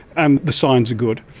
and the signs are good.